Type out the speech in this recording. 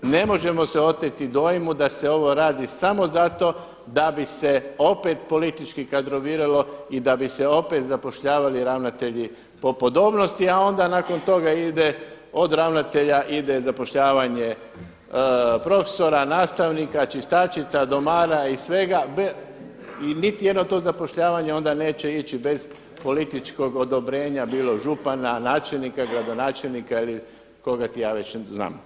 Ne možemo se oteti dojmu da se ovo radi samo zato da bi se opet politički kadroviralo i da bi se opet zapošljavali ravnatelji po podobnosti, a onda nakon toga ide od ravnatelja ide zapošljavanje profesora, nastavnika, čistačica, domara i svega i niti jedno to zapošljavanje onda neće ići bez političkog odobrenja bilo župana, načelnika, gradonačelnika ili koga ti ja već znam.